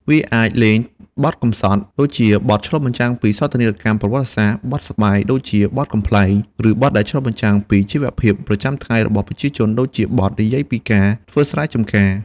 វាអាចលេងបទកំសត់ ដូចជាបទឆ្លុះបញ្ចាំងពីសោកនាដកម្មប្រវត្តិសាស្ត្រ បទសប្បាយ ដូចជាបទកំប្លែង ឬបទដែលឆ្លុះបញ្ចាំងពីជីវភាពប្រចាំថ្ងៃរបស់ប្រជាជន ដូចជាបទនិយាយពីការធ្វើស្រែចំការ។